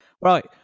Right